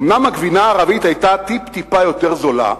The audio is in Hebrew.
אומנם הגבינה הערבית היתה טיפ-טיפה יותר זולה,